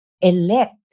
elect